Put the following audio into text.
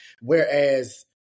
Whereas